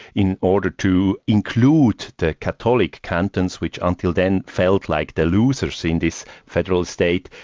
in order to include the catholic cantons which until then, felt like the losers in this federal state,